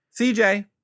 CJ